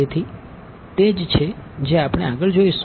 તેથી તે જ છે જે આપણે આગળ જોઈશું